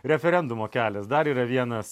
referendumo kelias dar yra vienas